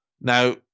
now